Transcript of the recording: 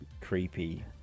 creepy